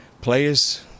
players